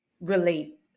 relate